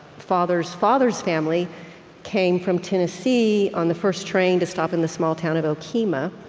father's father's family came from tennessee on the first train to stop in the small town of okemah.